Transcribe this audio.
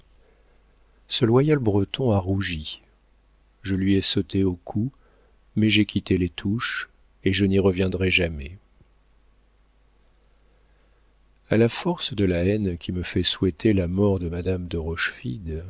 ce loyal breton a rougi je lui ai sauté au cou mais j'ai quitté les touches et je n'y reviendrai jamais a la force de la haine qui me fait souhaiter la mort de madame de